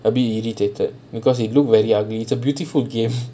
a bit irritated because it look very ugly is a beautiful game